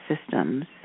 systems